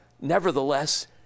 nevertheless